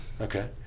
Okay